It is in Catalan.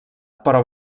però